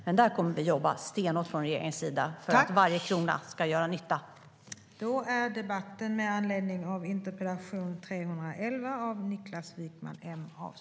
Men där kommer vi att jobba stenhårt från regeringens sida för att varje krona ska göra nytta.